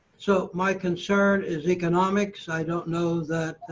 so my concern is economics. i don't know